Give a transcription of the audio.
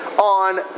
on